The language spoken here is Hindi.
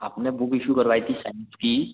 आपने बुक इशू करवाई थी साइंस की